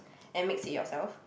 and mix it yourself